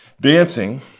Dancing